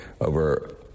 over